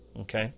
okay